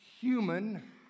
human